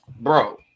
Bro